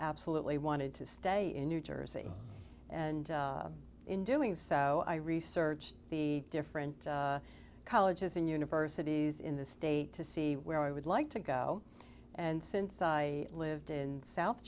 absolutely wanted to stay in new jersey and in doing so i researched the different colleges and universities in the state to see where i would like to go and since i lived in south